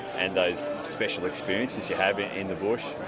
and those special experiences you have in in the bush.